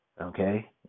Okay